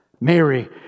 Mary